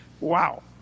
wow